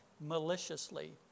maliciously